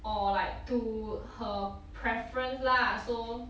or like to her preference lah so